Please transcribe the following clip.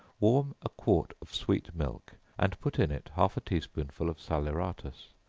warm a quart of sweet milk, and put in it half a tea-spoonful of salaeratus,